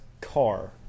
car